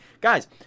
Guys